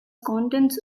contents